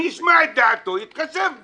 אני אשמע את דעתו ואתחשב בה.